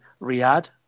Riyadh